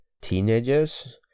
teenagers